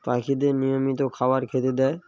পাখিদের নিয়মিত খাবার খেতে দেয়